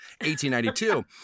1892